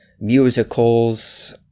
musicals